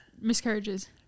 Miscarriages